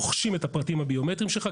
רוכשים את הפרטים הביומטריים שלך,